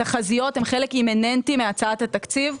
התחזיות הן חלק אימננטי מהצעת התקציב.